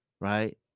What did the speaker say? right